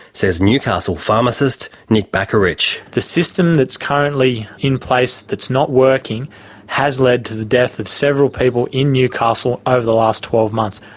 says newcastle pharmacist nick bakarich. the system that's currently in place that's not working has led to the death of several people in newcastle over the last twelve months.